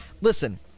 listen